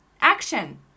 action